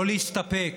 לא להסתפק